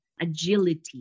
agility